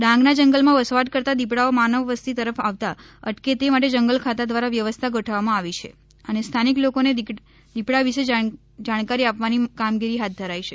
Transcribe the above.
ડાંગ ના જંગલ માં વસવાટ કરતાં દી ડાઓ માનવ વસ્તી તરફ આવતા અટકે તે માટે જંગલ ખાતા દ્વારા વ્યવસ્થા ગોઠવવામાં આવી છે અને સ્થાનિક લોકો ને દીત ડા વિષે જાણકારી આપ વાની કામગીરી હાથ ધરાય છે